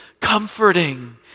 comforting